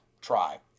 Try